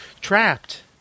trapped